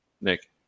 Nick